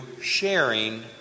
sharing